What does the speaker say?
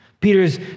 Peter's